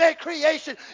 creation